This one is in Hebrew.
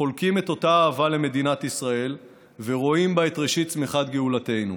חולקים את אותה האהבה למדינת ישראל ורואים בה את ראשית צמיחת גאולתנו,